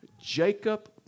Jacob